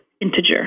integer